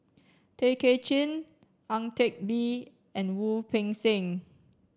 Tay Kay Chin Ang Teck Bee and Wu Peng Seng